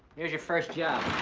here's your first job.